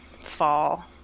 fall